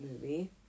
movie